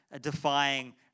defying